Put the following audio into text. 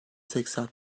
seksen